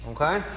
Okay